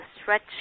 stretch